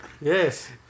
Yes